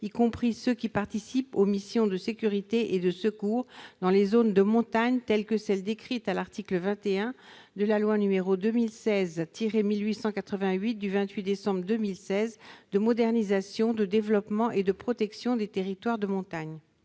y compris ceux qui participent aux missions de sécurité et de secours dans les zones de montagne telles que celles décrites à l'article 21 de la loi n° 2016-1888 du 28 décembre 2016 de modernisation, de développement et de protection des territoires de montagne.